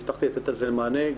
הבטחתי לתת על זה מענה.